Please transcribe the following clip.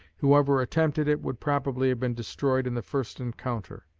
whoever attempted it would probably have been destroyed in the first encounter.